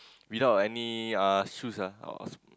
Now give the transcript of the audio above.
without any uh shoes ah or